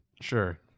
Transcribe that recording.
Sure